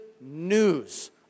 news